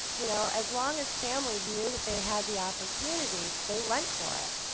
you know, as long as families knew that they have the opportunity, they went for it.